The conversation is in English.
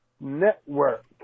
Network